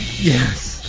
Yes